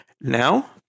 Now